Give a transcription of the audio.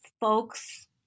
folks